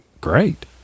great